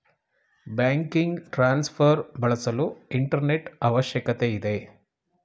banking transfer ಬಳಸಲು internet ಅವಶ್ಯಕತೆ ಇದೆ